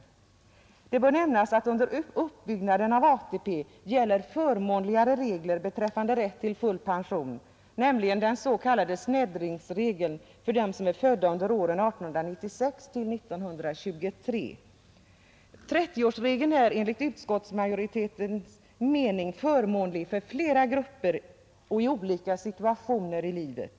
Det bör nämnas att under uppbyggnaden av ATP gäller förmånligare regler beträffande rätt till full pension, nämligen den s.k. sneddningsregeln för dem som är födda under åren 1896—1923. 30-årsregeln är enligt utskottsmajoritetens mening förmånlig för flera grupper och i olika situationer av livet.